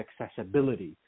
accessibility